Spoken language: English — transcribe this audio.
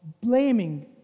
blaming